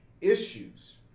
issues